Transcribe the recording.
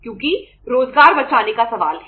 क्योंकि रोजगार बचाने का सवाल है